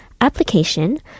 application